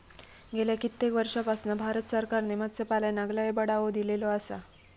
गेल्या कित्येक वर्षापासना भारत सरकारने मत्स्यपालनाक लय बढावो दिलेलो आसा